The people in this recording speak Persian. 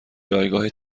جایگاه